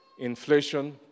Inflation